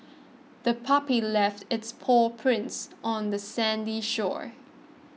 the puppy left its paw prints on the sandy shore